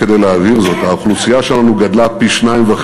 רק כדי להבהיר זאת: האוכלוסייה שלנו גדלה פי-2.5,